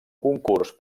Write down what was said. concurs